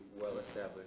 well-established